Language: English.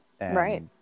Right